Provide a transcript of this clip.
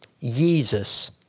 Jesus